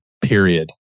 Period